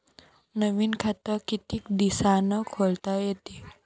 नवीन खात कितीक दिसात खोलता येते?